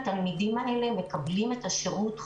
התלמידים האלה מקבלים את השירות,